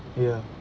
ya